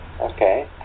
Okay